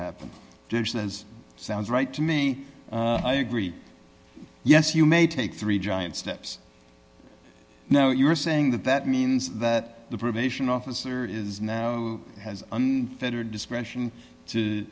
happen as sounds right to me i agree yes you may take three giant steps no you were saying that that means that the probation officer is now has unfettered discretion to